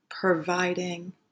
providing